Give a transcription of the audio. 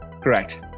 Correct